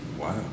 Wow